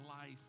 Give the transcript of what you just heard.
life